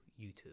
YouTube